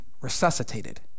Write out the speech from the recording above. resuscitated